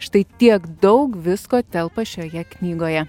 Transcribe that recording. štai tiek daug visko telpa šioje knygoje